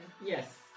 Yes